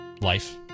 life